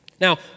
Now